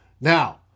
Now